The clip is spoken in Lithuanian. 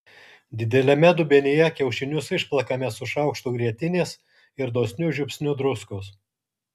dideliame dubenyje kiaušinius išplakame su šaukštu grietinės ir dosniu žiupsniu druskos